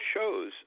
shows